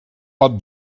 pot